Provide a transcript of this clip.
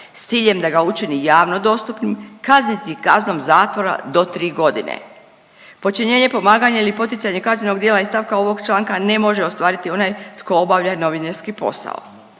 s ciljem da ga učini javno dostupnim kazniti kaznom zatvora do tri godine. Počinjenje, pomaganje ili poticanje kaznenog djela ih stavka ovog članka ne može ostvariti onaj tko obavlja novinarski posao.